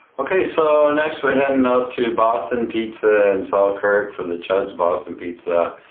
okay so next we heading up to boston pizza in selkirk for the chudds boston pizza